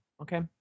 okay